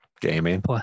gaming